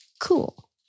Cool